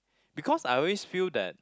because I always feel that